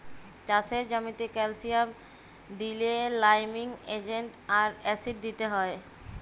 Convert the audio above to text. চাষের জ্যামিতে ক্যালসিয়াম দিইলে লাইমিং এজেন্ট আর অ্যাসিড দিতে হ্যয়